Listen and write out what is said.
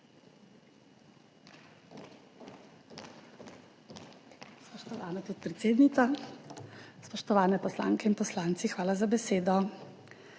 Spoštovana podpredsednica, spoštovani poslanke in poslanci! Hvala za besedo.